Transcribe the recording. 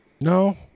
No